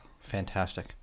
Fantastic